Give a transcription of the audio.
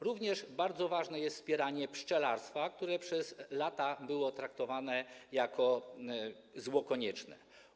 Również bardzo ważne jest wspieranie pszczelarstwa, które przez lata było traktowane jako zło konieczne.